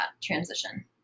transition